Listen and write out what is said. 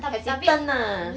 hesitant ah